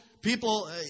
people